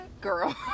Girl